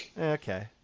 Okay